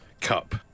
Cup